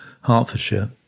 Hertfordshire